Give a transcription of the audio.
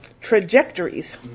trajectories